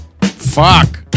Fuck